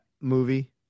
movie